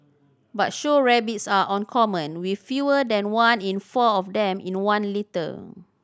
but show rabbits are uncommon with fewer than one in four of them in one litter